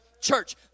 church